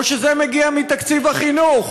או שזה מגיע מתקציב החינוך,